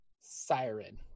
Siren